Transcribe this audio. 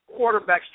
quarterbacks